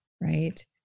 right